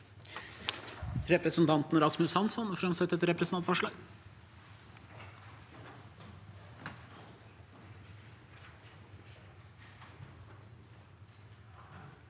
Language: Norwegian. Representanten Rasmus Hansson vil framsette et representantforslag.